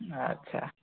ଆଚ୍ଛା